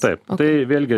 taip tai vėlgi